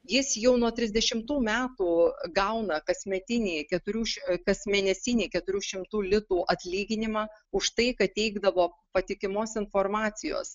jis jau nuo trisdešimtų metų gauna kasmetinėje keturių ši kasmėnesinį keturių šimtų litų atlyginimą už tai kad teikdavo patikimos informacijos